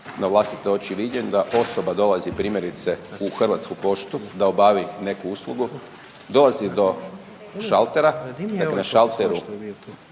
na vlastite oči viđen da osoba dolazi primjerice u Hrvatsku poštu da obavi neku uslugu, dolazi do šaltera dakle na šalteru